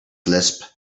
lisp